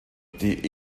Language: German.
die